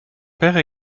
père